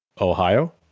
Ohio